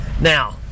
Now